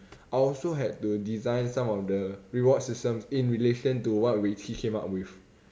I also had to design some of the reward systems in relation to what weiqi came up with